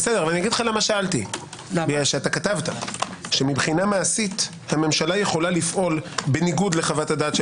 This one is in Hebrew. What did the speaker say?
שאלתי כי כתבת שמבחינה מעשית הממשלה יכולה לפעול בניגוד לחוות הדעת של